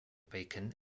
bacon